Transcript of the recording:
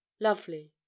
Lovely